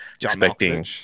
expecting